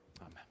Amen